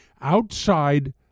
outside